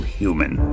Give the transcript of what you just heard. human